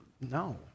No